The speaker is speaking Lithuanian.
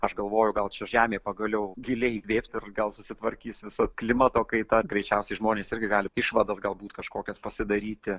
aš galvoju gal čia žemė pagaliau giliai įkvėps ir gal susitvarkys visa klimato kaita greičiausiai žmonės irgi gali išvadas galbūt kažkokias pasidaryti